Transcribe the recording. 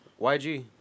YG